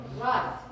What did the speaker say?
Right